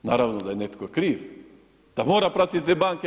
Naravno da je netko kriv, da mora pratiti te banke.